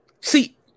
See